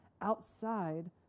outside